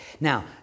Now